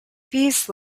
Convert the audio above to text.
these